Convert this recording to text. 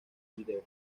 vídeos